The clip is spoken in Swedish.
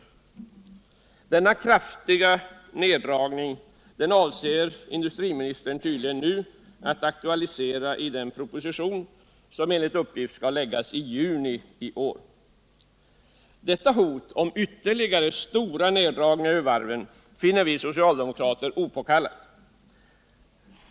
Denna kraftiga neddragning avser industriministern tydligen att aktualisera i den proposition som enligt uppgift skall framläggas i juni i år. Detta hot om ytterligare stora neddragningar vid varven finner socialdemokraterna opåkallat.